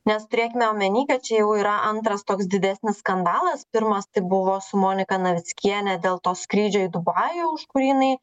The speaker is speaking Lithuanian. nes turėkime omeny kad čia jau yra antras toks didesnis skandalas pirmas tai buvo su monika navickiene dėl to skrydžio į dubajų už kurį jinai